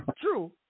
True